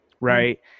right